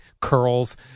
curls